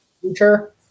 future